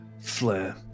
flair